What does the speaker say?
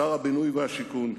שר הבינוי והשיכון,